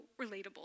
relatable